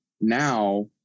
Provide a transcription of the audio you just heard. now